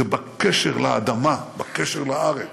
בקשר לאדמה, בקשר לארץ,